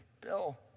Bill